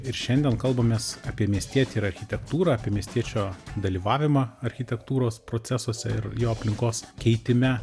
ir šiandien kalbamės apie miestietį ir architektūrą apie miestiečio dalyvavimą architektūros procesuose ir jo aplinkos keitime